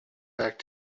back